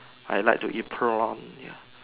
I like to eat prawn ya